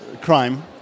crime